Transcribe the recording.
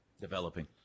Developing